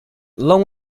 long